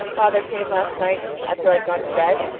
father came last night after i had gone to bed.